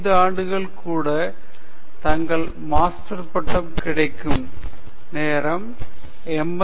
5 ஆண்டுகள் கூட தங்கள் மாஸ்டர் பட்டம் கிடைக்கும் நேரம் எம்